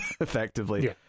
effectively